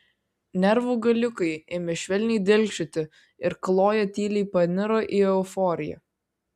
nervų galiukai ėmė švelniai dilgčioti ir kloja tyliai paniro į euforiją